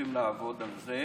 ממשיכים לעבוד על זה